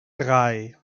drei